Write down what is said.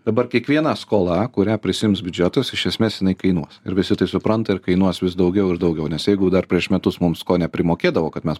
dabar kiekviena skola kurią prisiims biudžetas iš esmės jinai kainuos ir visi tai supranta ir kainuos vis daugiau ir daugiau nes jeigu dar prieš metus mums ko neprimokėdavo kad mes